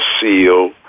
SEAL